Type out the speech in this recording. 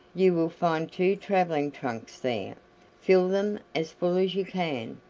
you will find two traveling-trunks there fill them as full as you can.